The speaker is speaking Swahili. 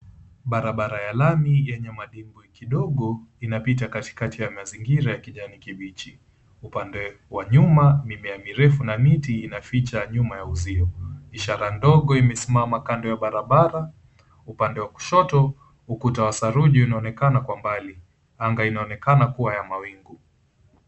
Barabara ya lami yenye madimbwi kidogo inapita katikati ya mazingira ya kijani kibichi. Upande wa nyuma mimea mirefu na miti inaficha nyuma ya uzio. Ishara ndogo imesimama kando ya barabara, upande wa kushoto ukuta wa saruji unaonekana kwa mbali. Anga inaonekana kuwa ya mawingu.